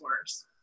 worse